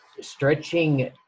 stretching